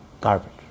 garbage